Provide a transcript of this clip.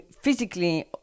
physically